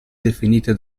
definite